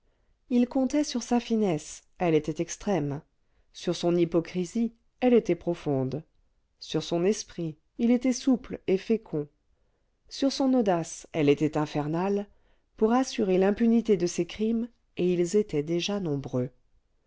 il comptait sur sa finesse elle était extrême sur son hypocrisie elle était profonde sur son esprit il était souple et fécond sur son audace elle était infernale pour assurer l'impunité de ses crimes et ils étaient déjà nombreux